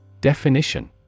Definition